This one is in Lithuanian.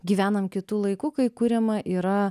gyvenam kitu laiku kai kuriama yra